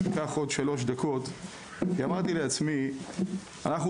אקח עוד שלוש דקות כי אמרתי לעצמי שאנחנו